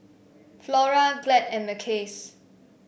Flora Glad and Mackays